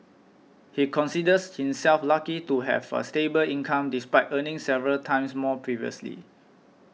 he considers himself lucky to have a stable income despite earning several times more previously